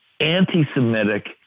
anti-Semitic